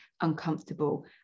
uncomfortable